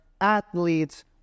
athletes